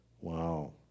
Wow